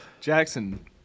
Jackson